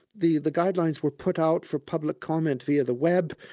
the the guidelines were put out for public comment via the web,